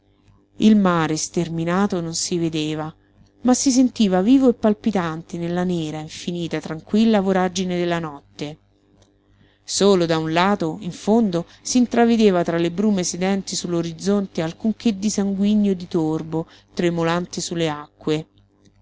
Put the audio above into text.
il mare sterminato non si vedeva ma si sentiva vivo e palpitante nella nera infinita tranquilla voragine della notte solo da un lato in fondo s'intravedeva tra le brume sedenti su l'orizzonte alcunché di sanguigno e di torbo tremolante su le acque